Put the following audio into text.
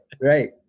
Right